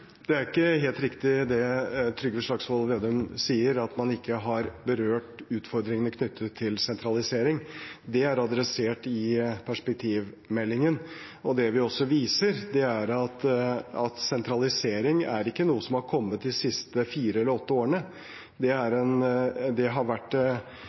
Det er ikke helt riktig, det Trygve Slagsvold Vedum sier, at man ikke har berørt utfordringene knyttet til sentralisering. Det er adressert i perspektivmeldingen. Det vi også viser, er at sentralisering ikke er noe som har kommet de siste fire eller åtte årene, det har vært